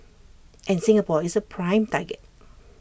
and Singapore is A prime target